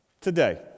Today